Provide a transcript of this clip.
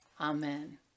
Amen